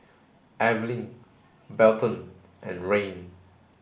Evalyn Belton and Rayne